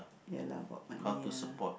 ya lah about money lah